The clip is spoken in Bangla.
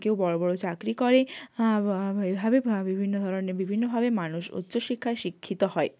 কেউ বড় বড় চাকরি করে এভাবে বিভিন্ন ধরনের বিভিন্নভাবে মানুষ উচ্চ শিক্ষায় শিক্ষিত হয়